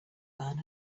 man